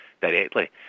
directly